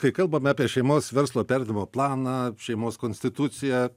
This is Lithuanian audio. kai kalbame apie šeimos verslo perdavimo planą šeimos konstituciją